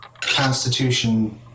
constitution